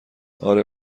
آره